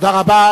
תודה רבה.